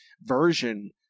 version